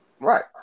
Right